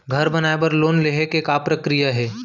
घर बनाये बर लोन लेहे के का प्रक्रिया हे?